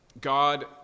God